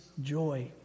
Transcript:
joy